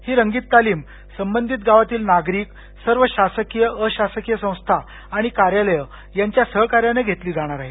ही रंगीत तालीम संबंधित गावातील नागरिक सर्व शासकीय आण अशासकीय संस्था आणि कार्यालयं यांच्या सहकार्यानं घेतली जाणार आहे